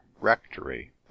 rectory